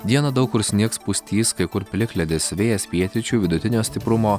dieną daug kur snigs pustys kai kur plikledis vėjas pietryčių vidutinio stiprumo